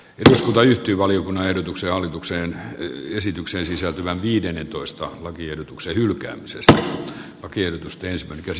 wilson välittyvaliokunnan ehdotuksen hallituksen esitykseen sisältyvän tuollainen yllättävä ilkeämielinen heitto teiltä